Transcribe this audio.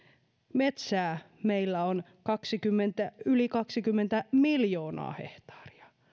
metsää meillä on yli kaksikymmentä miljoonaa hehtaaria